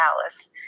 Alice